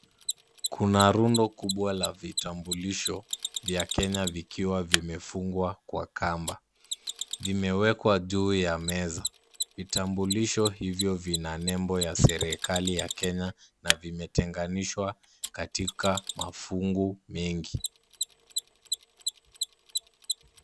Kuna rundo kubwa la vitambulisho vya Kenya vikiwa vimefungwa kwa kamba. Vimewekwa juu ya meza. Vitambulisho hivyo vina nembo ya serikali ya Kenya na vimetenganishwa katika mafungu mingi.